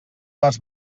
les